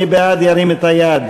מי בעד, ירים את היד.